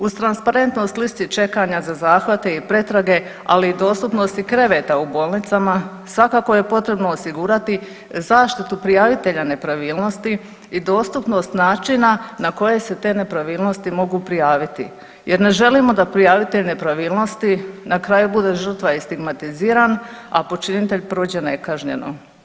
Uz transparentnost listi čekanja na zahvate i pretrage, ali i dostupnosti kreveta u bolnicama svakako je potrebno osigurati zaštitu prijavitelja nepravilnosti i dostupnost načina na koje se te nepravilnosti mogu prijaviti jer ne želimo da prijavitelj nepravilnosti na kraju bude žrtva i stigmatiziran, a počinitelj prođe nekažnjeno.